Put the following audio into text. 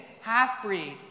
half-breed